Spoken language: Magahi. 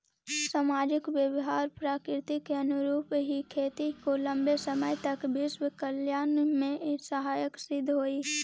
सामाजिक व्यवहार प्रकृति के अनुरूप ही खेती को लंबे समय तक विश्व कल्याण में सहायक सिद्ध होई